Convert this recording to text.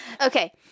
Okay